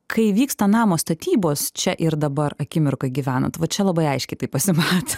kai vyksta namo statybos čia ir dabar akimirką gyvenat va čia labai aiškiai tai pasimato